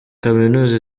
kaminuza